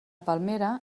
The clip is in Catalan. palmera